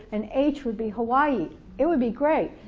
and h would be hawaii it would be great.